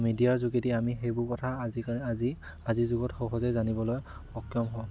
মিডিয়াৰ যোগেদি আমি সেইবোৰ কথা আজিকালি আজি আজিৰ যুগত সহজে জানিবলৈ সক্ষম হওঁ